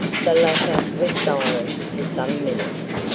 the latter was silent for some minutes.